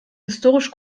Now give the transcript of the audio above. historisch